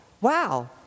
wow